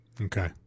Okay